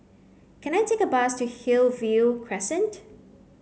can I take a bus to Hillview Crescent